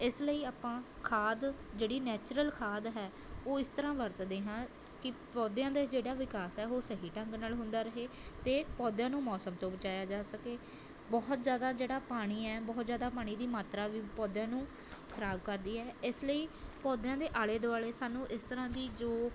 ਇਸ ਲਈ ਆਪਾਂ ਖਾਦ ਜਿਹੜੀ ਨੈਚੁਰਲ ਖਾਦ ਹੈ ਉਹ ਇਸ ਤਰ੍ਹਾਂ ਵਰਤਦੇ ਹਾਂ ਕਿ ਪੌਦਿਆਂ ਦਾ ਜਿਹੜਾ ਵਿਕਾਸ ਹੈ ਉਹ ਸਹੀ ਢੰਗ ਨਾਲ ਹੁੰਦਾ ਰਹੇ ਅਤੇ ਪੌਦਿਆਂ ਨੂੰ ਮੌਸਮ ਤੋਂ ਬਚਾਇਆ ਜਾ ਸਕੇ ਬਹੁਤ ਜ਼ਿਆਦਾ ਜਿਹੜਾ ਪਾਣੀ ਹੈ ਬਹੁਤ ਜ਼ਿਆਦਾ ਪਾਣੀ ਦੀ ਮਾਤਰਾ ਵੀ ਪੌਦਿਆਂ ਨੂੰ ਖਰਾਬ ਕਰਦੀ ਹੈ ਇਸ ਲਈ ਪੌਦਿਆਂ ਦੇ ਆਲ਼ੇ ਦੁਆਲ਼ੇ ਸਾਨੂੰ ਇਸ ਤਰ੍ਹਾਂ ਦੀ ਜੋ